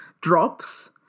drops